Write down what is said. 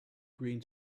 green